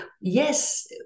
yes